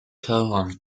calhoun